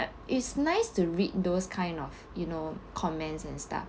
but it's nice to read those kind of you know comments and stuff